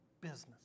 business